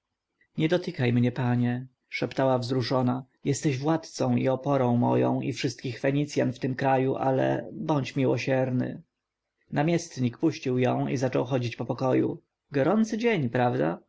nie dotykaj mnie panie szeptała wzruszona jesteś władcą i oporą moją i wszystkich fenicjan w tym kraju ale bądź miłosierny namiestnik puścił ją i zaczął chodzić po pokoju gorący dzień prawda